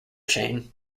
chain